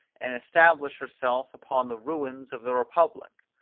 and establish herself upon the ruins of the republic.